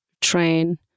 train